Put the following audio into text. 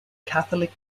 catholic